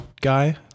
guy